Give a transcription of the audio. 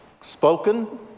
spoken